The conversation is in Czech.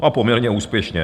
A poměrně úspěšně.